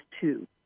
two